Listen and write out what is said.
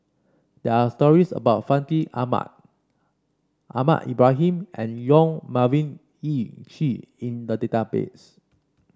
there are stories about Fandi Ahmad Ahmad Ibrahim and Yong Melvin Yik Chye in the database